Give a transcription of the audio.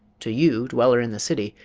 to you, dweller in the city,